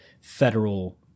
federal